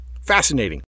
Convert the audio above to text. Fascinating